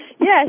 yes